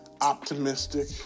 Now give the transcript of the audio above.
optimistic